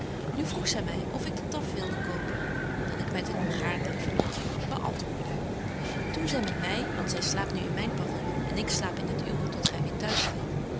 nu vroeg zy my of ik de taf wilde kopen dat ik met een gaarn lieve lotje beantwoordde toen zy met my want zy slaapt nu in myn pavillioen en ik slaap in het uwe tot